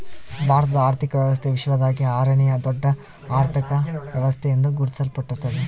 ಭಾರತದ ಆರ್ಥಿಕ ವ್ಯವಸ್ಥೆ ವಿಶ್ವದಾಗೇ ಆರನೇಯಾ ದೊಡ್ಡ ಅರ್ಥಕ ವ್ಯವಸ್ಥೆ ಎಂದು ಗುರುತಿಸಲ್ಪಟ್ಟಿದೆ